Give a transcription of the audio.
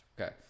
Okay